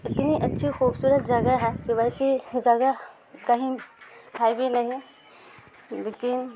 اتنی اچھی خوبصورت جگہ ہے کہ ویسی جگہ کہیں ہے بھی نہیں لیکن